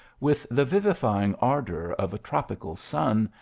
with the vivifying ardour of a tropical sun,